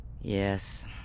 Yes